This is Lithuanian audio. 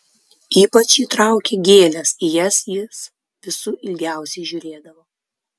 ypač jį traukė gėlės į jas jis visų ilgiausiai žiūrėdavo